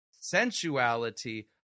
sensuality